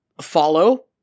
follow